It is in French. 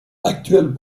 actuel